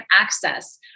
access